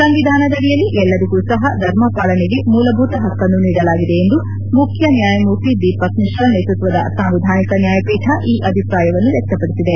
ಸಂವಿಧಾನದಡಿಯಲ್ಲಿ ಎಲ್ಲರಿಗೂ ಸಹ ಧರ್ಮ ಪಾಲನೆಗೆ ಮೂಲಭೂತ ಹಕ್ಕನ್ನು ನೀಡಲಾಗಿದೆ ಎಂದು ಮುಖ್ಯ ನ್ಣಾಯಮೂರ್ತಿ ದೀಪಕ್ ಮಿಶ್ರಾ ನೇತೃತ್ವದ ಸಾಂವಿಧಾನಿಕ ನ್ಣಾಯಪೀಠ ಈ ಅಭಿಪ್ರಾಯವನ್ನು ವ್ಯಕ್ತಪಡಿಸಿದೆ